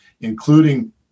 including